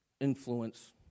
influence